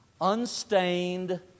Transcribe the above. unstained